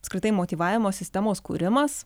apskritai motyvavimo sistemos kūrimas